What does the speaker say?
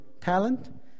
talent